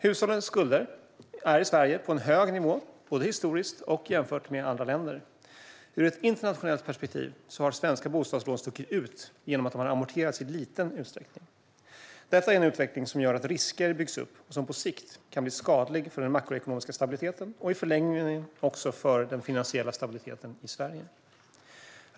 Hushållens skulder är i Sverige på en hög nivå, både historiskt och jämfört med andra länder. Ur ett internationellt perspektiv har svenska bostadslån stuckit ut genom att de har amorterats i liten utsträckning. Detta är en utveckling som gör att risker byggs upp och som på sikt kan bli skadlig för den makroekonomiska stabiliteten och i förlängningen också för den finansiella stabiliteten i Sverige.